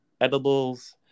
edibles